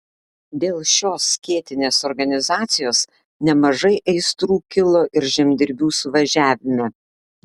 dėl šios skėtinės organizacijos nemažai aistrų kilo ir žemdirbių suvažiavime